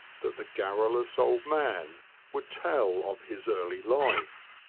that the garrulous old man would tell of his early life.